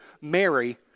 Mary